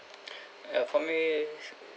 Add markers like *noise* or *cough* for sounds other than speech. *breath* uh for me